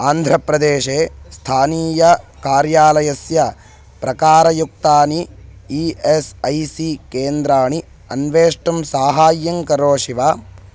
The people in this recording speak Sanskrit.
आन्ध्रप्रदेशे स्थानीयकार्यालयस्य प्रकारयुक्तानि ई एस् ऐ सी केन्द्राणि अन्वेष्टुं सहायं करोषि वा